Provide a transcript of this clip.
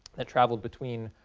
that traveled between